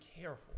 careful